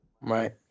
right